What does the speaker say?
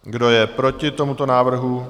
Kdo je proti tomuto návrhu?